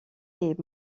est